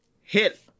hit